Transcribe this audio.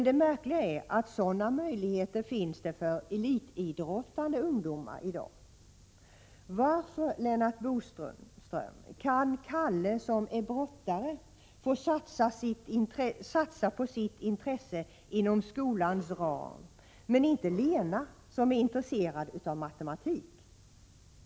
Det märkliga är att sådana möjligheter finns för elitidrottande ungdomar i dag. Varför, Lennart Bodström, kan Kalle som är brottare få satsa på sitt intresse inom skolans ram men inte Lena, som är intresserad av matematik?